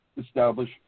establish